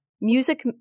music